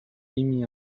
émis